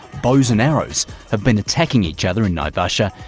bows and arrows have been attacking each other in naivasha,